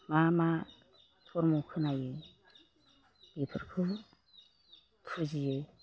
मा मा धर्म' खोनायो बेफोरखौ फुजियो